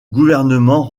gouvernement